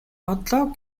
бодлоо